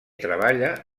treballa